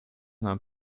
nahm